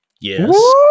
Yes